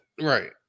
Right